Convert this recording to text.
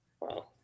Wow